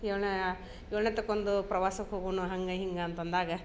ಏಳನೇಯ ಏಳನೇಯತಕ್ಕೊಂದು ಪ್ರವಾಸಕ್ಕೆ ಹೋಗೋಣ ಹಂಗೆ ಹಿಂಗೆ ಅಂತ ಅಂದಾಗ